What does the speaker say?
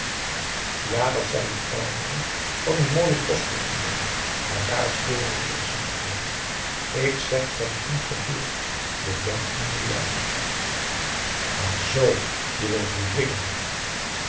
ja dat zijn nu allemaal van die mooie kostschool ideeën maar daar storen we ons niet aan ik zeg dat het niet gebeurt je bent minderjarig ah zoo je wilt me dwingen